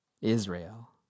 Israel